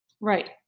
Right